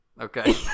Okay